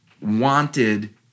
wanted